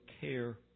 care